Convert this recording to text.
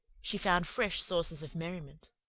she found fresh sources of merriment.